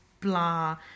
blah